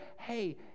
hey